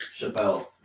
Chappelle